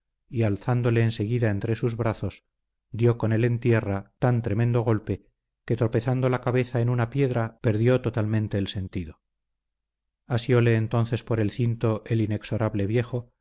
y alzándole enseguida entre sus brazos dio con él en tierra tan tremendo golpe que tropezando la cabeza en una piedra perdió totalmente el sentido asióle entonces por el cinto el inexorable viejo